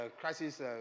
crisis